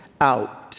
out